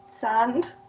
sand